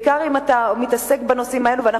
בעיקר אם אתה מתעסק בנושאים האלה,